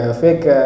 fake